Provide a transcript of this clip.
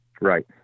Right